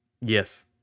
Yes